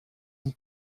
une